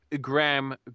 Graham